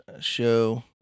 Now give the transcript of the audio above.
show